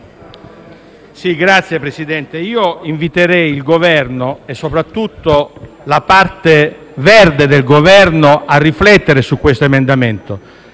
Signor Presidente, io inviterei il Governo, soprattutto la parte verde del Governo, a riflettere su questo emendamento.